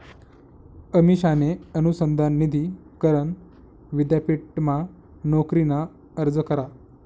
अमिषाने अनुसंधान निधी करण विद्यापीठमा नोकरीना अर्ज करा